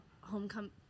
homecoming